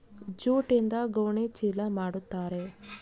ಜೂಟ್ಯಿಂದ ಗೋಣಿ ಚೀಲ ಮಾಡುತಾರೆ